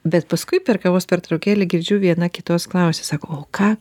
bet paskui per kavos pertraukėlę girdžiu viena kitos klausia sako o ką